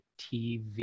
TV